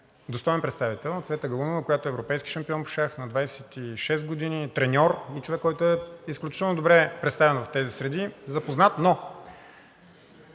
достоен представител – Цвета Галунова, която е европейски шампион по шах, на 26 години, треньор и човек, който е изключително добре представен в тези среди, запознат. Но